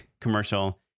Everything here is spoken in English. commercial